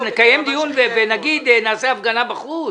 שנקיים דיון ונגיד שנעשה הפגנה בחוץ?